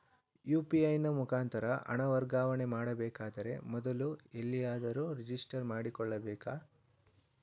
UPI ನ ಮುಖಾಂತರ ಹಣ ವರ್ಗಾವಣೆ ಮಾಡಬೇಕಾದರೆ ಮೊದಲೇ ಎಲ್ಲಿಯಾದರೂ ರಿಜಿಸ್ಟರ್ ಮಾಡಿಕೊಳ್ಳಬೇಕಾ?